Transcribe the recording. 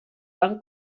van